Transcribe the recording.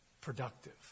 productive